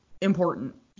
important